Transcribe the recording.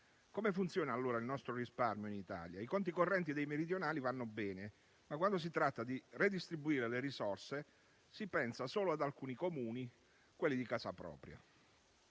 Come funziona, allora, il risparmio in Italia? I conti correnti dei meridionali vanno bene, ma, quando si tratta di ridistribuire le risorse, si pensa solo ad alcuni Comuni, quelli di casa propria.